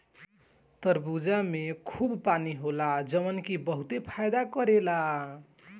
तरबूजा में खूब पानी होला जवन की बहुते फायदा करेला